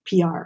PR